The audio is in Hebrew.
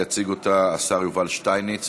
יציג אותה השר יובל שטייניץ,